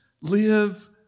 Live